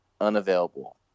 unavailable